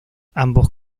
ambos